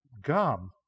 gum